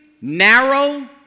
narrow